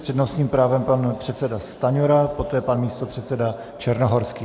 S přednostním právem pan předseda Stanjura, poté pan místopředseda Černohorský.